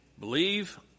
Believe